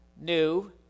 new